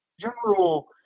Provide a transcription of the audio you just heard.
general